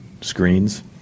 screens